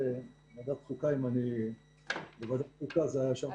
הנושא נדון בוועדת הפנים.